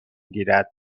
گیرد